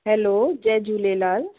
hello जय झूलेलाल